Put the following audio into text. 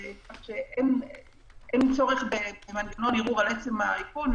כך שאין צורך במנגנון ערעור על עצם האיכון.